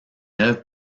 œuvre